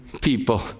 people